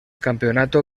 campeonato